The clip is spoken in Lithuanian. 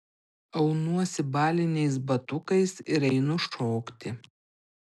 aunuosi baliniais batukais ir einu šokti